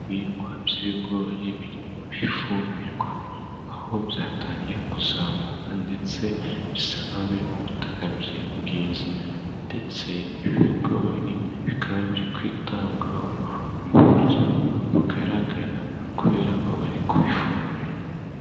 Ibihingwa by'ibigori birimo bifumbirwa aho byatangiye kuzamuka, ndetse bisa nk'a birimo ubutaka bwiza, ndetse ibigori bikaba biri kwitabwaho mu buryo bugaragara kubera ko bari kufumbira.